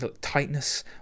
tightness